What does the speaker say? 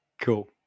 Cool